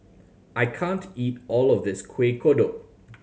I can't eat all of this Kuih Kodok